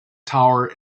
tower